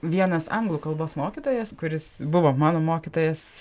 vienas anglų kalbos mokytojas kuris buvo mano mokytojas